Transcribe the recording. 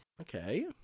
Okay